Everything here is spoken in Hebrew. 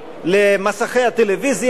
למסכי הטלוויזיה,